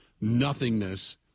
nothingness